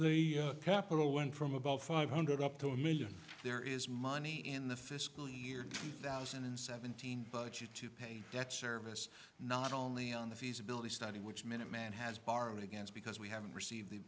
the capital went from about five hundred up to a million there is money in the fiscal year two thousand and seventeen budget to pay debt service not only on the feasibility study which minuteman has borrowed against because we haven't received the